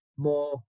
more